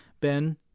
Ben